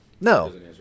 No